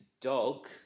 dog